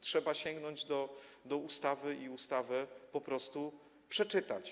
Trzeba sięgnąć do ustawy i ustawę po prostu przeczytać.